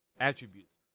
attributes